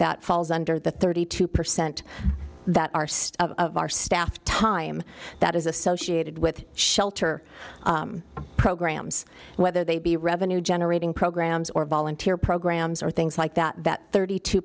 that falls under the thirty two percent that arced of our staff time that is associated with shelter programs whether they be revenue generating programs or volunteer programs or things like that thirty two